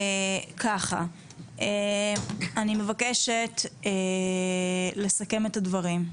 ככה, אני מבקשת לסכם את הדברים.